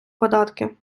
податки